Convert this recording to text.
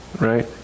Right